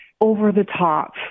over-the-top